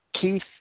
Keith